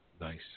nice